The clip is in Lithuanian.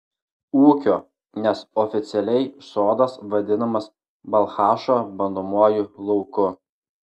ūkio nes oficialiai sodas vadinamas balchašo bandomuoju lauku